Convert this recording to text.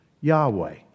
Yahweh